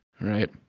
right